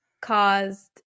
caused